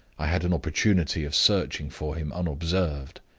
i had an opportunity of searching for him unobserved.